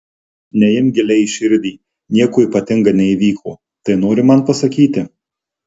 neimk giliai į širdį nieko ypatinga neįvyko tai nori man pasakyti